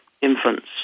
infants